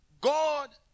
God